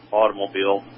automobile